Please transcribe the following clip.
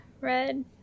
Red